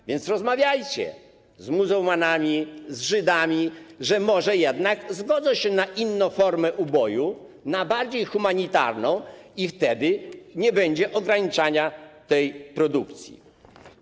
A więc rozmawiajcie z muzułmanami, z żydami, a może jednak zgodzą się na inną formę uboju, na bardziej humanitarną i wtedy nie będzie ograniczania tej produkcji.